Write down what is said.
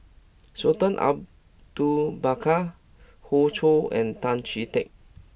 Sultan Abu do Bakar Hoey Choo and Tan Chee Teck